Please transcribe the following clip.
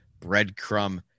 breadcrumb